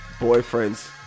boyfriend's